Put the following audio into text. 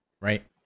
Right